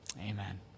amen